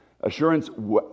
assurance